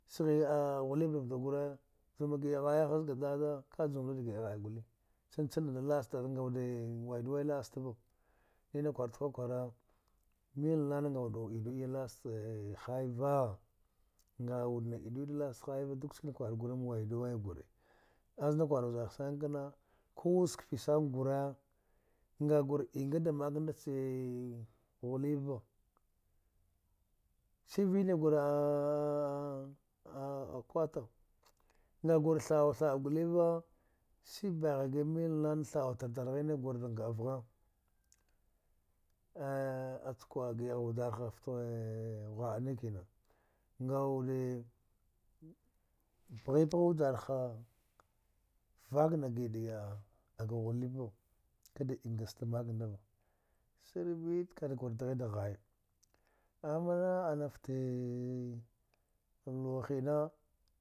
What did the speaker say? Sghi a ghulib ɗa vɗagure juma gi’a ghai haz ga dada ka juwa gur da gi’a ghai gule chan kchanaud la’a ste ngaud waidu wai la’astava nina kwarud kwakwwala milnana ngaude idu iya la’aste hai van gaud na idu iya la’asta haiva duk skina kwar guri mawaidu wai gure aznda kwar vjarha sana kna ku wuz kfi sana gure nga gur inga da mak nda che ghulibva sivinigur a kwata nga gur tha au tha’a guliva sibaghi gamilnana tha’auta agtine gur da nga a vgha a cha kwa gi’a gha ga vjarha ftee ghwa’a nikina gnaude pghi-pgha vjarha vak na gi’a da gi’a aga ghulib va kaɗa ingasta maknɗava silmit kaɗi gur ɗghi da ghaya amana anafte luwa hina